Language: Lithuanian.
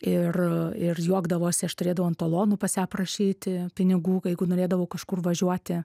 ir ir juokdavosi aš turėdavau ant talonų pas ją prašyti pinigų jeigu norėdavau kažkur važiuoti